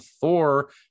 Thor